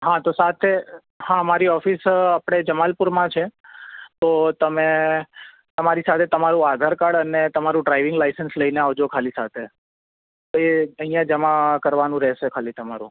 હા તો સાથે હા મારી ઓફિસ આપણે જમાલપુરમાં છે તો તમે તમારી સાથે તમારું આધાર કાર્ડ અને તમારું ડ્રાઇવિંગ લાઇસન્સ લઈને આવજો ખાલી સાથે તો એ અહીંયા જમા કરવાનું રહેશે ખાલી તમારું